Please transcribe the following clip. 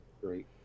great